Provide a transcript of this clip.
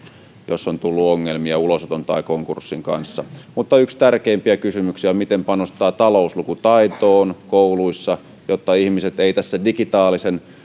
jos on tullut ongelmia ulosoton tai konkurssin kanssa mutta yksi tärkeimpiä kysymyksiä on miten panostetaan talouslukutaitoon kouluissa jotta ihmiset eivät tänä digitaalisen